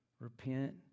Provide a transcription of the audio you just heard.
repent